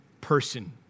person